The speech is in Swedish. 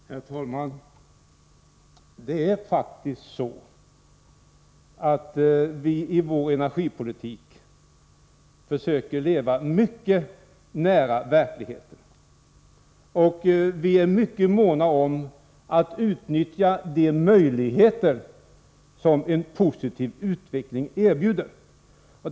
Herr talman! Det är faktiskt så att vi i vår energipolitik försöker leva mycket nära verkligheten. Vi är mycket måna om att utnyttja de möjligheter som en positiv utveckling erbjuder.